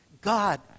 God